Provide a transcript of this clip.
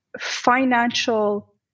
financial